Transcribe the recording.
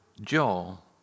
Joel